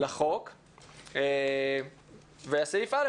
לחוק ופנימיות".